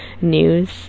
news